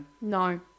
No